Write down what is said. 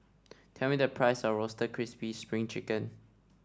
tell me the price of Roasted Crispy Spring Chicken